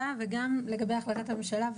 זאת החלטת הממשלה.